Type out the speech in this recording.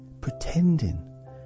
pretending